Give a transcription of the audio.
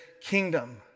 kingdom